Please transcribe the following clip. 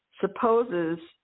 supposes